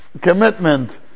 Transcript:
commitment